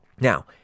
Now